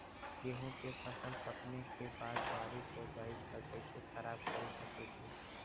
गेहूँ के फसल पकने के बाद बारिश हो जाई त कइसे खराब करी फसल के?